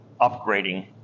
upgrading